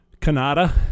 Canada